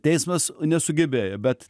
teismas nesugebėjo bet